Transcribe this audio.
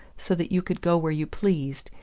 so that you could go where you pleased,